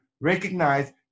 recognize